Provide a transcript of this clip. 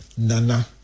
Nana